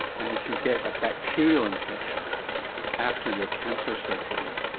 and if you get a bacterial infection after your cancer surgery,